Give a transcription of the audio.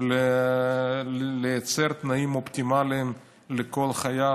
לייצר תנאים אופטימליים לכל חייל,